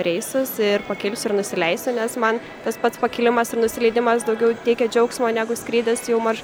reisus ir pakilsiu ir nusileisiu nes man tas pats pakilimas ir nusileidimas daugiau teikia džiaugsmo negu skrydis jau marš